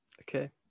Okay